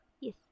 Yes